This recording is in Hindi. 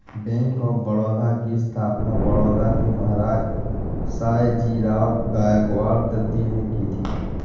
बैंक ऑफ बड़ौदा की स्थापना बड़ौदा के महाराज सयाजीराव गायकवाड तृतीय ने की थी